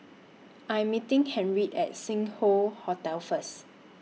I Am meeting Harriett At Sing Hoe Hotel First